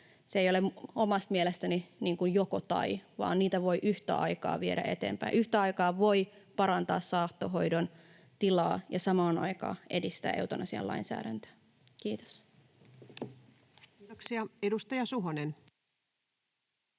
Se ei ole omasta mielestäni joko—tai, vaan niitä voi yhtä aikaa viedä eteenpäin, yhtä aikaa voi parantaa saattohoidon tilaa ja samaan aikaan edistää eutanasialainsäädäntöä. — Kiitos. [Speech